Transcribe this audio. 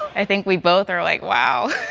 i think we both are like wow,